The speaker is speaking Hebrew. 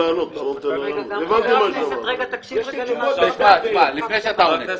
חבר הכנסת ביטן,